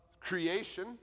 creation